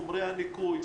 מה קורה עם חומרי הניקוי.